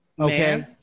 Okay